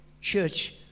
church